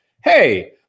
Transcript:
Hey